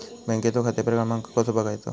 बँकेचो खाते क्रमांक कसो बगायचो?